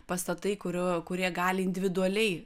pastatai kurių kurie gali individualiai